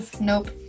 nope